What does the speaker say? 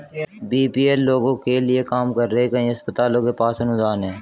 BPL लोगों के लिए काम कर रहे कई अस्पतालों के पास अनुदान हैं